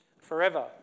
forever